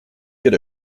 get